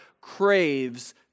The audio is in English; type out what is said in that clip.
craves